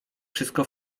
wszystko